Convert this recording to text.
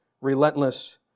relentless